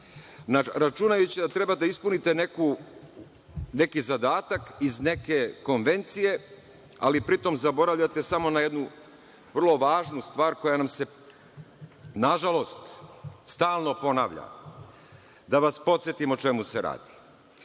računajući da treba da ispunite neki zadatak iz neke konvencije, ali pri tome zaboravljate na jednu vrlo važnu stvar koja se, nažalost, stalno ponavlja. Da vas podsetim o čemu se radi.